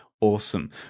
awesome